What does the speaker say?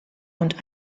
und